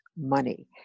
money